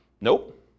Nope